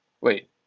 Wait